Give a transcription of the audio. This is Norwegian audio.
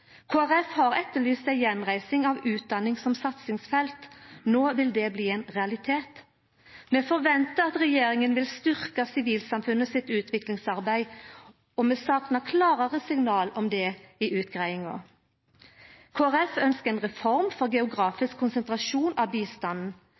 har etterlyst ei gjenreising av utdanning som satsingsfelt. No vil det bli ein realitet. Vi forventar at regjeringa vil styrkja sivilsamfunnets utviklingsarbeid, og vi saknar klarare signal om det i utgreiinga. Kristeleg Folkeparti ønskjer ei reform for